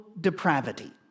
depravity